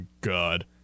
god